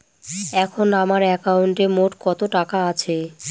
এখন আমার একাউন্টে মোট কত টাকা আছে?